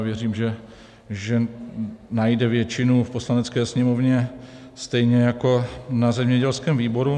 Věřím, že najde většinu v Poslanecké sněmovně stejně jako v zemědělském výboru.